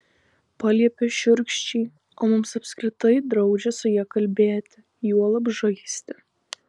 paliepia šiurkščiai o mums apskritai draudžia su ja kalbėti juolab žaisti